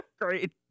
Great